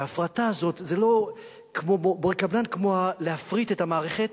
וההפרטה הזאת זה לא מורי קבלן כמו הפרטה של המערכת